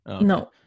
no